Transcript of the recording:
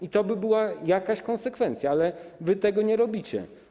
I to by była jakaś konsekwencja, ale wy tego nie robicie.